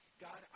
God